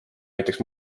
näiteks